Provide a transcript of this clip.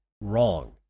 wrong